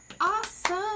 Awesome